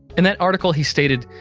in that article, he stated,